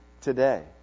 today